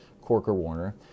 Corker-Warner